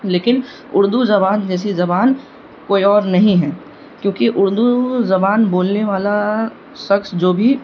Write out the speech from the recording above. لیکن اردو زبان جیسی زبان کوئی اور نہیں ہے کیونکہ اردو زبان بولنے والا شخص جو بھی